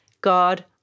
God